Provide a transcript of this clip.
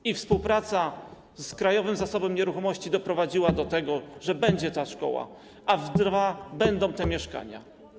I współpraca z Krajowym Zasobem Nieruchomości doprowadziła do tego, że będzie ta szkoła i będą te mieszkania.